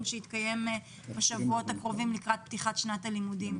שיתקיים בשבועות הקרובים לקראת פתיחת שנת הלימודים.